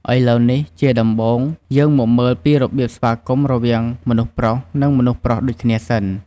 ឥឡូវនេះ ជាដំបូង យើងមកមើលពីរបៀបស្វាគមន៍រវាងមនុស្សប្រុស និង មនុស្សប្រុសដូចគ្នាសិន។